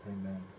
Amen